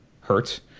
hurts